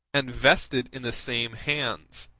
and vested in the same hands,